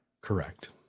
Correct